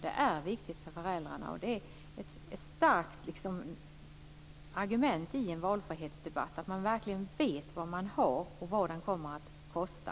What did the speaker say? Det är ett starkt argument i en valfrihetsdebatt att man verkligen vet vad man har och vad det kommer att kosta.